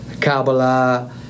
Kabbalah